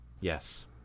Yes